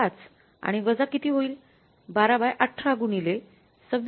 ५ आणि वजा किती होईल १२१८ गुणिले २६